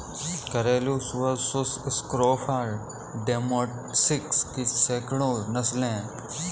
घरेलू सुअर sus scrofa domesticus की सैकड़ों नस्लें हैं